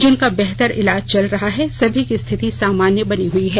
जिनका बेहतर इलाज चल रहा है सभी की स्थिति सामान्य बनी हुई है